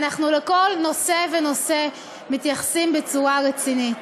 אנחנו לכל נושא ונושא מתייחסים בצורה רצינית,